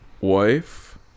wife